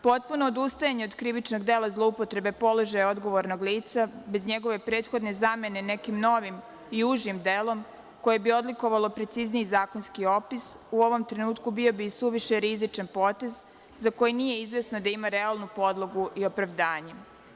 Potpuno odustajanje od krivičnog dela zloupotreba krivičnog položaja odgovornog lica bez njegove prethodne zamene nekim novim i užim delom koje bi odlikovalo precizniji zakonski opis, u ovom trenutku bio bi suviše rizičan potez za koji nije izvesno da ima realnu podlogu i opravdanje.